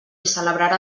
celebrarà